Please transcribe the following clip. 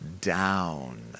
down